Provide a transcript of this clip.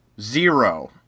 zero